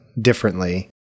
differently